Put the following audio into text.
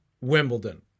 Wimbledon